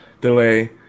delay